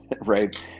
right